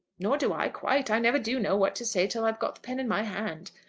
nor do i, quite. i never do know what to say till i've got the pen in my hand.